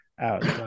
out